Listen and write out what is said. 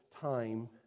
time